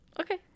okay